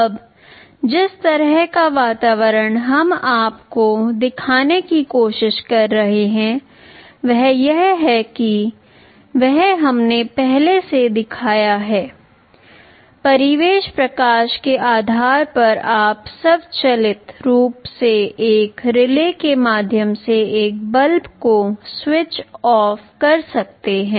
अब जिस तरह का वातावरण हम आपको दिखाने की कोशिश कर रहे हैं वह यह है कि वह हमने पहले से दिखाया है परिवेश प्रकाश के आधार पर आप स्वचालित रूप से एक रिले के माध्यम से एक बल्ब को स्विच ऑफ कर सकते हैं